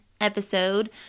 episode